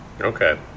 okay